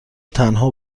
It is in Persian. تنها